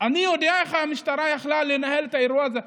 אני יודע איך המשטרה הייתה יכולה לנהל את האירוע הזה.